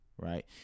Right